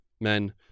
Men